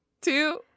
two